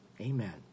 Amen